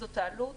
זאת העלות